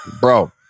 Bro